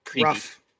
rough